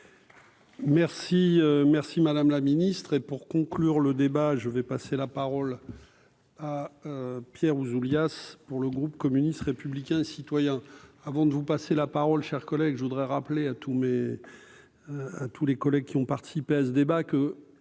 merci, madame la ministre, et pour conclure le débat, je vais passer la parole à Pierre Ouzoulias pour le groupe communiste, républicain, citoyen avant de vous passer la parole, chers collègues, je voudrais rappeler à tous mes hein tous les collègues qui ont participé à ce débat que